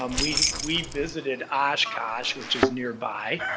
um we we visited oshkosh, which is nearby.